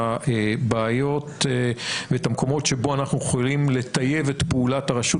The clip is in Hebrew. הבעיות ואת המקומות שבהם אנחנו יכולים לטייב את פעולת הרשות